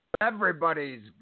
everybody's